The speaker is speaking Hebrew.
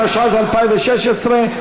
התשע"ז 2016,